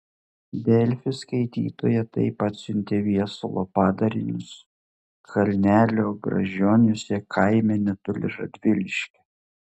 delfi skaitytoja taip atsiuntė viesulo padarinius kalnelio gražioniuose kaime netoli radviliškio